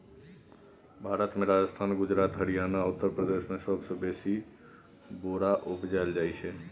भारत मे राजस्थान, गुजरात, हरियाणा आ उत्तर प्रदेश मे सबसँ बेसी बोरा उपजाएल जाइ छै